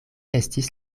estis